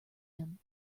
him